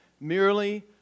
merely